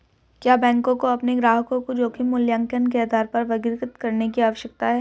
क्या बैंकों को अपने ग्राहकों को जोखिम मूल्यांकन के आधार पर वर्गीकृत करने की आवश्यकता है?